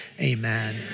Amen